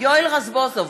יואל רזבוזוב,